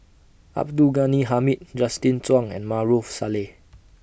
Abdul Ghani Hamid Justin Zhuang and Maarof Salleh